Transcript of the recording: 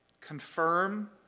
confirm